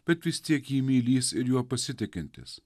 bet vis tiek jį mylys ir juo pasitikintis